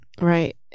Right